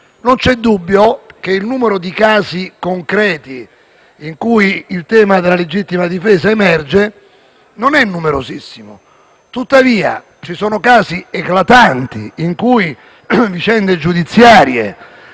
Non c'è dubbio che il numero di casi concreti in cui emerge il tema della legittima difesa non sia elevatissimo. Tuttavia, ci sono casi eclatanti in cui vicende giudiziarie